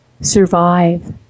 survive